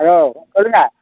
hello சொல்லுங்க